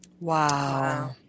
Wow